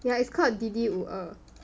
yeah it's called D_D 五二